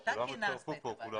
בהחלט.